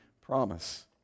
promise